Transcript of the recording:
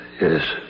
Yes